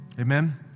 Amen